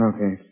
Okay